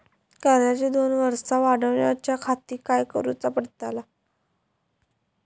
कर्जाची दोन वर्सा वाढवच्याखाती काय करुचा पडताला?